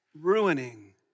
ruining